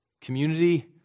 community